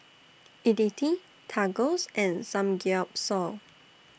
Idili Tacos and Samgeyopsal